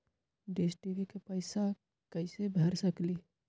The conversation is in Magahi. डिस टी.वी के पैईसा कईसे भर सकली?